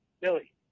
Billy